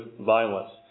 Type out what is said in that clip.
violence